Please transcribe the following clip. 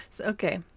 Okay